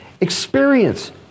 experience